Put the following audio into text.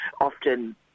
often